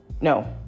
no